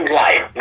life